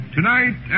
Tonight